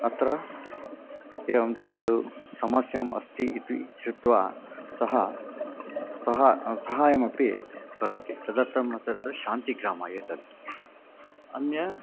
अत्र एवं तद् समस्याम् अस्ति इति श्रुत्वा सः सहा सहाय्यमपि करोति तदर्थं तत् शान्तिग्रामम् एतत् अन्य